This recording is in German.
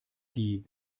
die